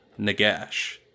Nagash